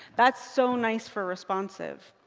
that's so nice for responsive.